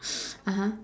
(uh huh)